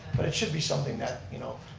but it should be something that, you know,